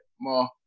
Ma